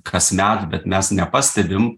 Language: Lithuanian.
kasmet bet mes nepastebim